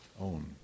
own